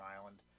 Island